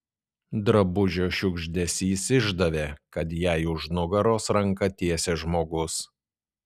drabužio šiugždesys išdavė kad jai už nugaros ranką tiesia žmogus